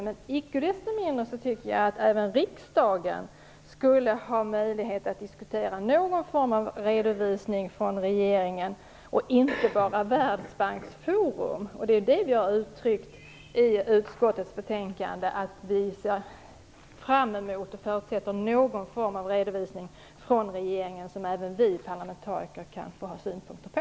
Men icke desto mindre tycker jag att även riksdagen skulle ha möjlighet att diskutera någon form av redovisning från regeringen, och inte bara Världsbanksforum. I utskottets betänkande har vi uttryckt att vi ser fram emot och förutsätter någon form av redovisning från regeringen som även vi parlamentariker kan få ha synpunkter på.